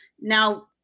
Now